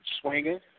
swinging